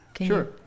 sure